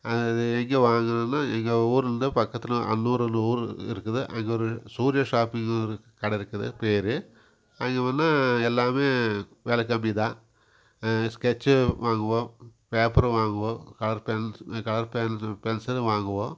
அது அது எங்கே வாங்குனன்னா எங்கள் ஊர்லேந்து பக்கத்தில் அன்னூர் ஒன்று ஊர் இருக்குது அங்கே ஒரு சூர்யா ஷாப்பிங்கு ஒரு கடை இருக்குது பெயரு அங்கே போனால் எல்லாம் விலை கம்மி தான் ஸ்கெட்சி வாங்குவோம் பேப்பரும் வாங்குவோம் கலர் பென்ஸ் கலர் பென்சில் பென்சிலும் வாங்குவோம்